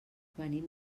venim